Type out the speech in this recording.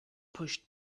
pushed